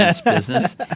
business